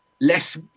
less